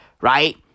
right